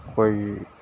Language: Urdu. کوئی